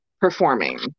performing